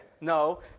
No